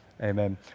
amen